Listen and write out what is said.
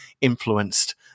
influenced